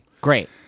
Great